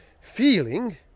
feeling